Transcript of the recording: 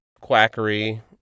quackery